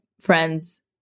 friends